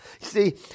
See